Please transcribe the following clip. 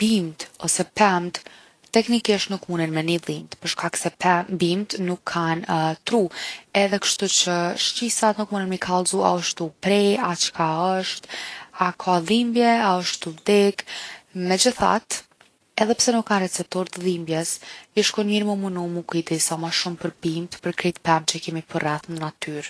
Bimët ose pemët teknikisht nuk munen me ni dhimt për shkak se pem- bimt nuk kanë tru edhe kshtuqe shqisat nuk munen m’i kallzu a osht tu u pre a çka osht. A ka dhimbje, a osht tu vdek? Megjithatë, edhe pse nuk kan receptorë t’dhimbjes ish kon mirë m’u munu mu kujdes sa ma shumë për bimt, për krejt pemt që i kemi përreth në natyr’.